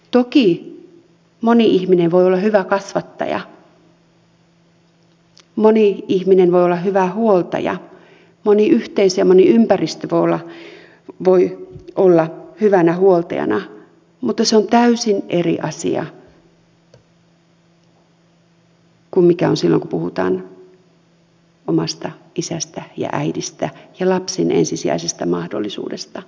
toki moni ihminen voi olla hyvä kasvattaja moni ihminen voi olla hyvä huoltaja moni yhteisö ja moni ympäristö voi olla hyvänä huoltajana mutta se on täysin eri asia kuin se kun puhutaan omasta isästä ja äidistä ja lapsen ensisijaisesta mahdollisuudesta siihen